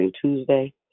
Tuesday